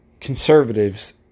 conservatives